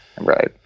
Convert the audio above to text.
Right